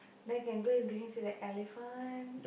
then can go bring him see the elephant